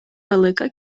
велика